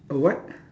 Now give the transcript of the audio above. a what